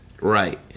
Right